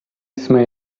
jsme